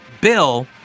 bill